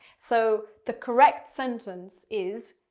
so the correct sentence is,